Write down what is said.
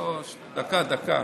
לא, דקה, דקה.